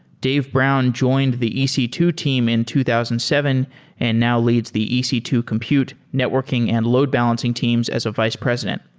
dave brown joined the e c two team in two thousand and seven and now leads the e c two compute, networking and load balancing teams as a vice president.